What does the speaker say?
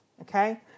okay